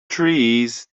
trees